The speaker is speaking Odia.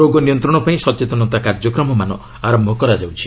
ରୋଗ ନିୟନ୍ତ୍ରଣପାଇଁ ସଚେତନତା କାର୍ଯ୍ୟକ୍ରମମାନ ଆରମ୍ଭ କରାଯାଉଛି